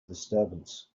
disturbance